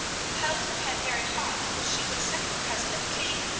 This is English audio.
who held her head very high because she was second cousin of kane,